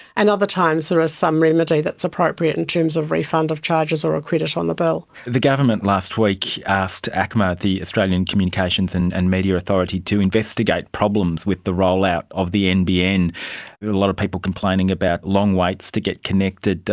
and other times there is ah some remedy that's appropriate in terms of refund of charges or a credit on the bill. the government last week asked acma, the australian communications and and media authority, to investigate problems with the rollout of the nbn. there's a lot of people complaining about long waits to get connected,